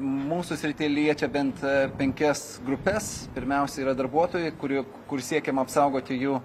mūsų srityje liečia bent penkias grupes pirmiausia yra darbuotojai kuri kur siekiama apsaugoti jų